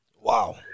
Wow